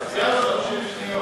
היו לו 30 שניות.